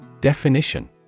Definition